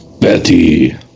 Betty